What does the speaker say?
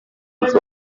musi